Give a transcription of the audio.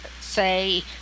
say